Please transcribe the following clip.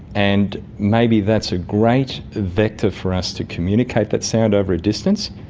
and maybe that's a great vector for us to communicate that sound over a distance.